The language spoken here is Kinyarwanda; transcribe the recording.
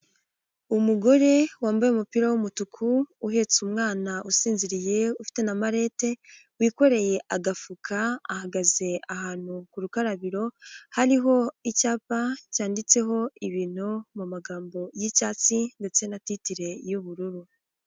Umugore wambaye umupira w'umutuku uhetse umwana usinziriye ufite na malete wikoreye agafuka ahagaze ahantu ku rukarabiro hariho icyapa cyanditseho ibintu mu magambo y'icyatsi ndetse na titile y'ubururu.